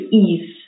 ease